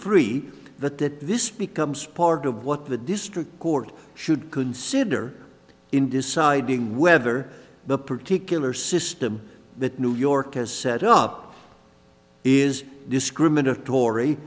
free that this becomes part of what the district court should consider in deciding whether the particular system that new york has set up is discriminatory